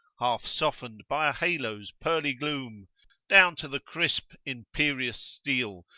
half-softened by a halo's pearly gloom down to the crisp imperious steel,